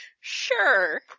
sure